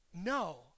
no